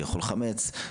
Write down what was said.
כביכול חמץ,